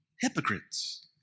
hypocrites